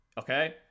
okay